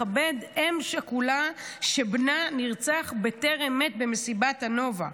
לכבד אם שכולה שבנה נרצח, בטרם עת, במסיבת הנובה,